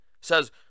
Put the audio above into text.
says